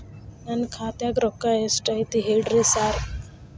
ನನ್ ಖಾತ್ಯಾಗ ರೊಕ್ಕಾ ಎಷ್ಟ್ ಐತಿ ಹೇಳ್ರಿ ಸಾರ್?